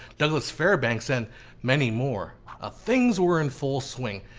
douglas fairbanks and many more ah things were in full swing.